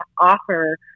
offer